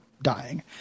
dying